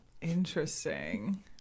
Interesting